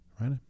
right